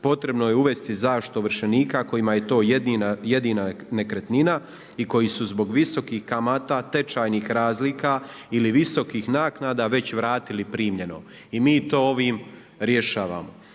potrebno je uvesti zaštitu ovršenika kojima je to jedina nekretnina i koji su zbog visokih kamata tečajnih razlika ili visokih naknada već vratili primljeno. I mi to ovim rješavamo.